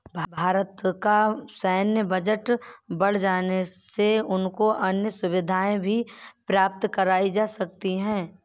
भारत का सैन्य बजट बढ़ जाने से उनको अन्य सुविधाएं भी प्राप्त कराई जा सकती हैं